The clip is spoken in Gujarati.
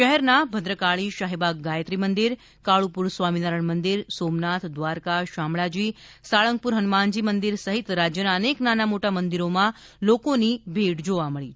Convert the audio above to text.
શહેરના ભદ્રકાળી શાહીબાગ ગાયત્રી મંદીર કાળુપુર સ્વામીનારાયણ મંદીર સોમનાથ દ્વારકા શામળાજી સાળંગપુર હનુમાન સહિત રાજયના અનેક નાના મોટા મંદીરોમાં લોકોની ભારે ભીડ જોવા મળી હતી